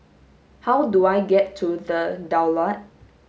how do I get to The Daulat